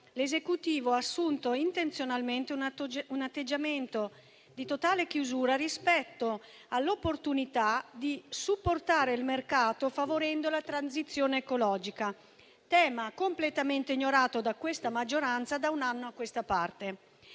l'Esecutivo ha assunto intenzionalmente un atteggiamento di totale chiusura rispetto all'opportunità di supportare il mercato favorendo la transizione ecologica, tema completamente ignorato da questa maggioranza da un anno a questa parte.